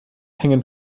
hängen